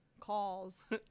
calls